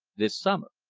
this summer.